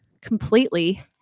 completely